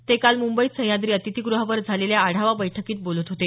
ते काल मुंबईत सह्याद्री अतिथीग्रहावर झालेल्या आढावा बैठकीत बोलत होते